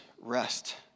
rest